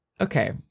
Okay